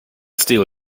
steal